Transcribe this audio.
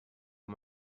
amb